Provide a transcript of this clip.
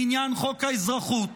בעניין חוק האזרחות.